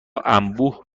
انبوه